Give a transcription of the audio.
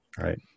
Right